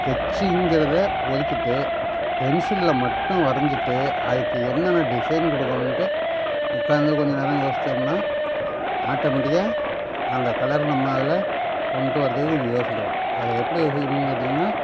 ஸ்கெட்ச்சுங்கிறத ஒதுக்கிட்டு பென்சில்ல மட்டும் வரைஞ்சிட்டு அதுக்கு என்னென்ன டிசைன் கொடுக்குணும்ன்ட்டு உட்காந்து கொஞ்ச நேரம் யோசிச்சோம்னால் ஆட்டமெட்டிக்காக அந்த கலர் நம்ம அதில் கொண்டு வர்றதுக்கு கொஞ்சம் யோசிக்கலாம் அதை எப்படி யோசிக்கணும்னு கேட்டிங்கின்னால்